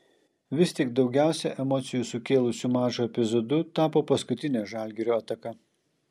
vis tik daugiausiai emocijų sukėlusiu mačo epizodu tapo paskutinė žalgirio ataka